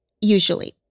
usually